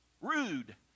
rude